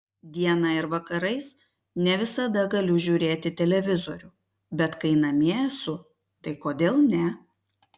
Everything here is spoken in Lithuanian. dieną ir vakarais ne visada galiu žiūrėti televizorių bet kai namie esu tai kodėl ne